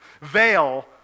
veil